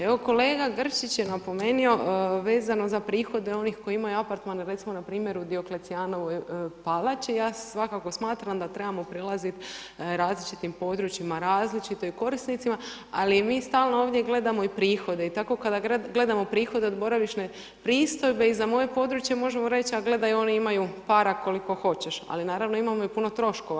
Evo kolega Grčić je napomenuo vezano za prihode onih koji imaju apartmane recimo na primjeru Dioklecijanove palače i ja svakako smatram da trebamo prilaziti različitim područjima različito i korisnicima ali i mi stalno ovdje gledamo i prihode i tako kada gledamo prihode od boravišne pristojbe i za moje područje možemo reći a gledaj oni imaju para koliko hoćeš ali naravno imamo i puno troškova.